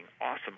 awesome